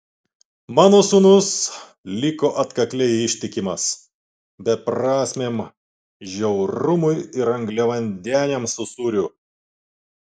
mano sūnus liko atkakliai ištikimas beprasmiam žiaurumui ir angliavandeniams su sūriu